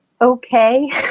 okay